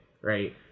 right